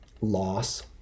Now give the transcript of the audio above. loss